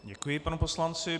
Děkuji panu poslanci.